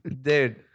dude